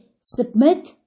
submit